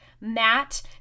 Matt